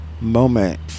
moment